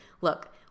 look